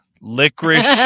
Licorice